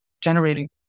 generating